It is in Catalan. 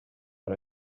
per